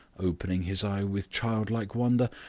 opening his eye with childlike wonder.